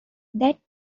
that